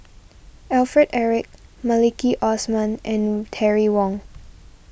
Alfred Eric Maliki Osman and Terry Wong